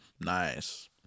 Nice